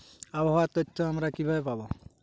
আবহাওয়ার তথ্য আমরা কিভাবে পাব?